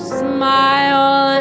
smile